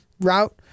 route